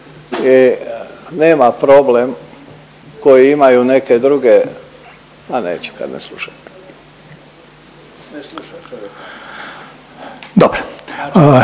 nema problem koji imaju neke druge, ma neću kad ne slušate.